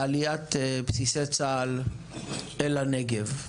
לעליית בסיסי צה"ל אל הנגב.